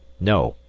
no!